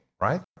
right